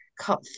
cut